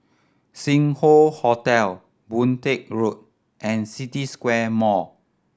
Sing Hoe Hotel Boon Teck Road and City Square Mall